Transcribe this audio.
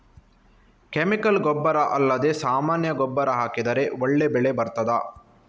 Chemical ಗೊಬ್ಬರ ಅಲ್ಲದೆ ಸಾಮಾನ್ಯ ಗೊಬ್ಬರ ಹಾಕಿದರೆ ಒಳ್ಳೆ ಬೆಳೆ ಬರ್ತದಾ?